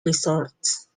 resorts